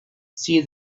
see